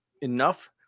enough